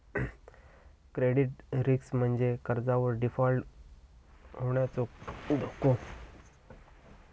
credit risk म्हणजे कर्जावर default होण्याचो धोका